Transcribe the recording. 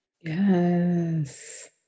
Yes